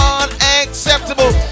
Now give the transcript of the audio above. unacceptable